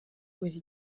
aux